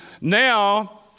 now